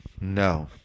No